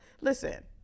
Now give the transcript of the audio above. listen